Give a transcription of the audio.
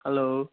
hello